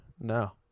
No